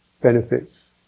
benefits